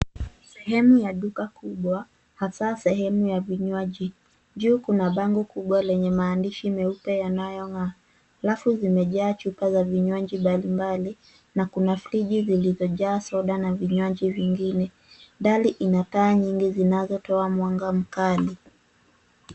Sehemu ya duka kubwa hasa sehemu ya vinywaji. Juu kuna bango kubwa lenye maandishi meupe yanayong'aa. Rafu zimejaa chupa za vinywaji mbalimbali na kuna friji zilizojaa soda na vinywaji vingine. Dari ina taa nyingi zinazotoa mwanga mkali.